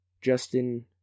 Justin